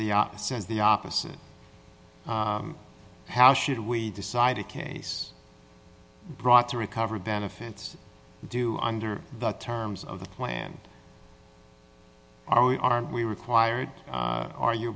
the opposite is the opposite of how should we decided case brought to recover benefits do under the terms of the plan are we are we required are you a